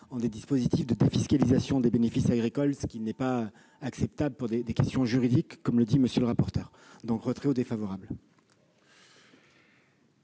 en des dispositifs de défiscalisation des bénéfices agricoles, ce qui n'est pas acceptable pour des questions juridiques, comme l'a expliqué le rapporteur général. Madame